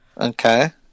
Okay